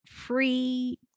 free